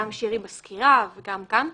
גם שירי בסקירה וגם כאן.